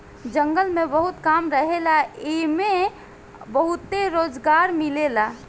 जंगल में बहुत काम रहेला एइमे बहुते रोजगार मिलेला